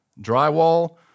drywall